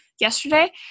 yesterday